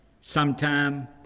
sometime